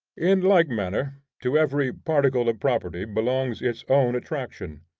in like manner to every particle of property belongs its own attraction.